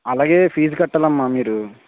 అలాగే ఫీజ్ కట్టాలమ్మా మీరు